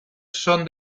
son